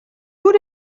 vous